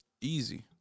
Easy